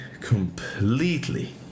completely